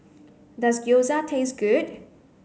does Gyoza taste good